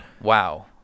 Wow